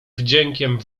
wdziękiem